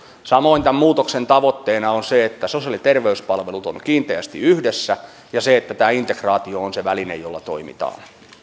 samoin tämän muutoksen tavoitteena on se että sosiaali ja terveyspalvelut ovat kiinteästi yhdessä ja se että tämä integraatio on se väline jolla toimitaan